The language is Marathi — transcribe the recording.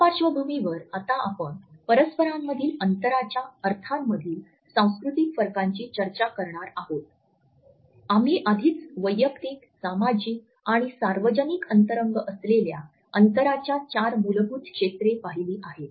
या पार्श्वभूमीवर आता आपण परस्परांमधील अंतराच्या अर्थांमधील सांस्कृतिक फरकांची चर्चा करणार आहोत आम्ही आधीच वैयक्तिक सामाजिक आणि सार्वजनिक अंतरंग असलेल्या अंतराच्या चार मूलभूत क्षेत्रे पाहिली आहेत